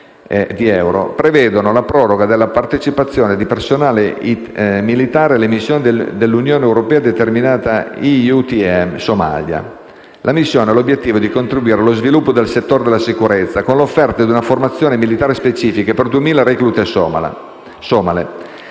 prevedono la proroga della partecipazione di personale militare alle missioni dell'Unione europea denominate EUTM Somalia. La missione ha l'obiettivo di contribuire allo sviluppo del settore della sicurezza con l'offerta di una formazione militare specifica, per 2.000 reclute somale.